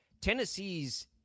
Tennessee's